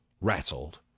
rattled